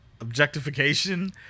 objectification